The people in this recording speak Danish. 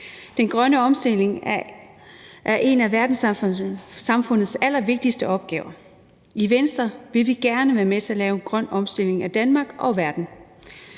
Den grønne omstilling er en af verdenssamfundets allervigtigste opgaver. I Venstre vil vi gerne være med til at lave en grøn omstilling af Danmark og verden.